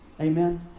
Amen